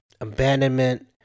abandonment